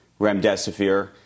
remdesivir